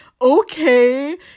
okay